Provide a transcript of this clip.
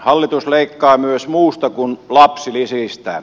hallitus leikkaa myös muusta kuin lapsilisistä